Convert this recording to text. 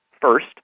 First